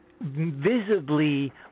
visibly